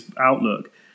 outlook